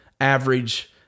average –